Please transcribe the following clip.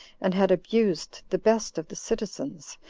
and had abused the best of the citizens,